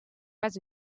pas